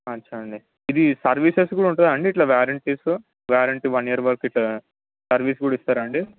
అచ్చా అండి ఇది సర్వీసెస్ కూడా ఉంటుందా అండి ఇట్లా వారంటీస్లో వారంటీ వన్ ఇయర్ వరకు ఇట్లా సర్వీస్ కూడా ఇస్తారా అండి